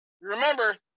Remember